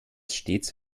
stets